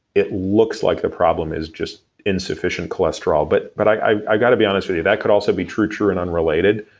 it looks like the problem is just insufficient cholesterol. but but i gotta be honest with that could also be true, true and unrelated.